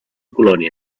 colònia